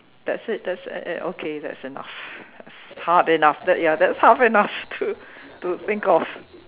that's it that's that's that's okay that's enough that's hard enough that ya that's hard enough to think of